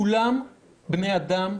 כולם בני אדם,